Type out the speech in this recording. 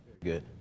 Good